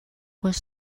was